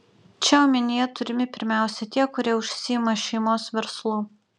čia omenyje turimi pirmiausia tie kurie užsiima šeimos verslu